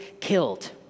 killed